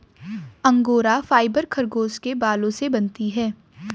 angora fibre खरगोश के बालों से बनती है